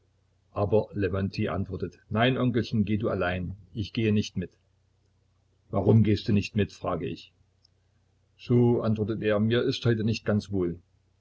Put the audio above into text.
aber lewontij antwortet nein onkelchen geh du allein ich gehe nicht mit warum gehst du nicht mit frage ich so antwortet er mir ist heute nicht ganz wohl